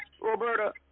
Roberta